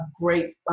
great